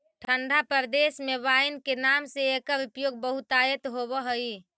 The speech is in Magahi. ठण्ढा प्रदेश में वाइन के नाम से एकर उपयोग बहुतायत होवऽ हइ